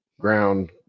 ground